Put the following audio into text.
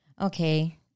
Okay